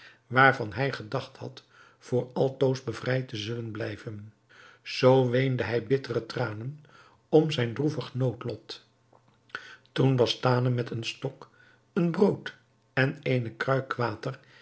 waarvan hij gedacht had voor altoos bevrijd te zullen blijven zoo weende hij bittere tranen om zijn droevig noodlot toen bastane met een stok een brood en eene kruik water